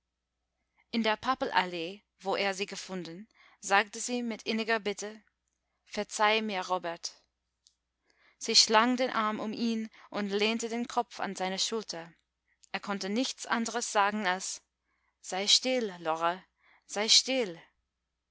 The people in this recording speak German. in der pappelallee wo er sie gefunden sagte sie mit inniger bitte verzeih mir robert sie schlang den arm um ihn und lehnte den kopf an seine schulter er konnte nichts andres sagen als sei still lore sei still